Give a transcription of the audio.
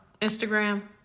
Instagram